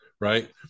right